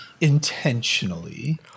intentionally